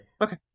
Okay